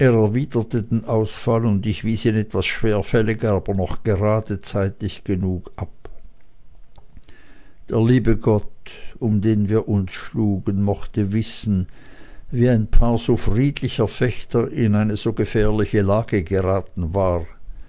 und ich wies ihn etwas schwerfälliger aber noch gerade zeitig genug ab der liebe gott um den wir uns schlugen mochte wissen wie ein paar so friedlicher fechter in eine so gefährliche lage geraten war